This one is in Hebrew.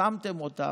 שמתם אותם,